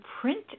print